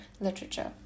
literature